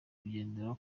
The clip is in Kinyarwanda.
kugendera